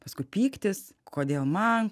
paskui pyktis kodėl man